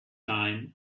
time